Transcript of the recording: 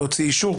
להוציא אישור,